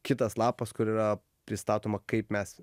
kitas lapas kur yra pristatoma kaip mes